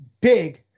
big